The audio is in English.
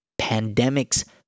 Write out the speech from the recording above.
Pandemics